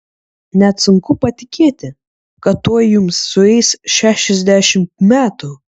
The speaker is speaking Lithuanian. net sunku patikėti kad tuoj jums sueis šešiasdešimt metų